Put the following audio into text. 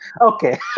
Okay